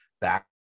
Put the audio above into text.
back